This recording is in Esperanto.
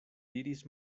diris